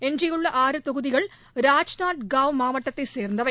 எஞ்சியுள்ள ஆறு தொகுதிகள் ராஜ்நந்த் கோவன் மாவட்டத்தை சேர்ந்தவை